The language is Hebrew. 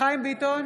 חיים ביטון,